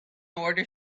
order